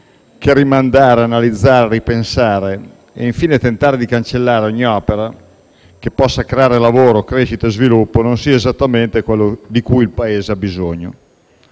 che rimandare, analizzare, ripensare e infine tentare di cancellare ogni opera che possa creare lavoro, crescita e sviluppo non sia esattamente quello di cui il Paese ha bisogno.